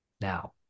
Now